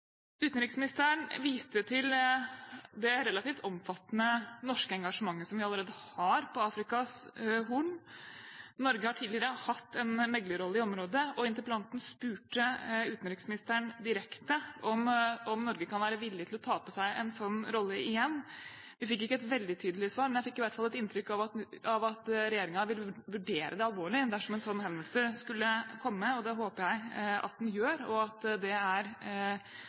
Utenriksministeren viste til det relativt omfattende norske engasjementet som vi allerede har på Afrikas Horn. Norge har tidligere hatt en meglerrolle i området, og interpellanten spurte utenriksministeren direkte om Norge kan være villig til å ta på seg en sånn rolle igjen. Vi fikk ikke et veldig tydelig svar, men jeg fikk i hvert fall et inntrykk av at regjeringen vil vurdere det alvorlig dersom en sånn henvendelse skulle komme. Det håper jeg det gjør, og at det er